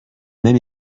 même